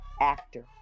actor